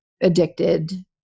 addicted